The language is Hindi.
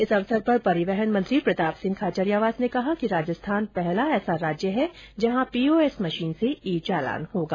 इस अवसर पर परिवहन मंत्री प्रताप सिंह खाचरियावास ने कहा है कि राजस्थान पहला ऐसा राज्य है जहां पीओएस मशीन से ई चालान होगा